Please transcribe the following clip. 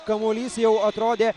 kamuolys jau atrodė